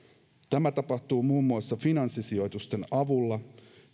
tämä tapahtuu muun muassa finanssisijoitusten avulla